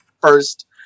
first